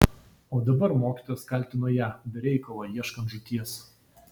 o dabar mokytojas kaltino ją be reikalo ieškant žūties